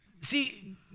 See